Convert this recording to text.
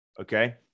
okay